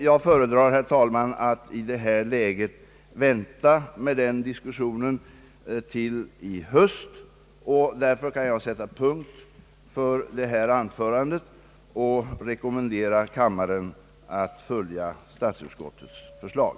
Jag föredrar, herr talman, att i detta läge vänta med den diskussionen till i höst. Därför kan jag sätta punkt för detta anförande och rekommendera kammaren att följa statsutskottets förslag.